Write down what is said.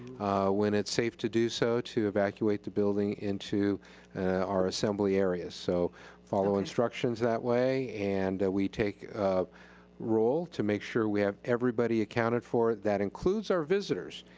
when it's safe to do so, to evacuate the building into our assembly areas. so follow instructions that way and we take roll to make sure we have everybody accounted for, that includes our visitors.